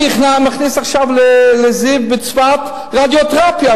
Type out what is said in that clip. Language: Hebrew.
אני מכניס עכשיו ל"זיו" בצפת רדיותרפיה,